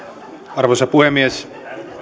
arvoisa puhemies